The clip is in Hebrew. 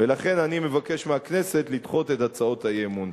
לכן אני מבקש מהכנסת לדחות את הצעות האי-אמון.